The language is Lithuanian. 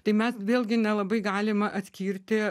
tai mes vėlgi nelabai galima atskirti